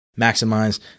maximize